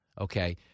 Okay